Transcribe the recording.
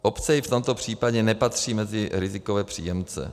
Obce i v tomto případě nepatří mezi rizikové příjemce.